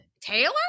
Taylor